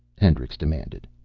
hendricks demanded.